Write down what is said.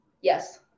Yes